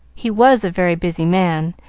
he was a very busy man,